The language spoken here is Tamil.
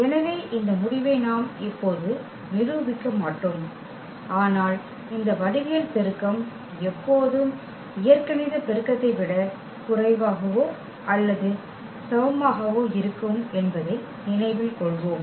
எனவே இந்த முடிவை நாம் இப்போது நிரூபிக்க மாட்டோம் ஆனால் இந்த வடிவியல் பெருக்கம் எப்போதும் இயற்கணித பெருக்கத்தை விட குறைவாகவோ அல்லது சமமாகவோ இருக்கும் என்பதை நினைவில் கொள்வோம்